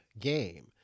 game